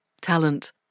talent